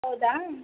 ಹೌದಾ